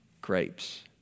grapes